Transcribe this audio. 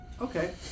Okay